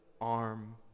arm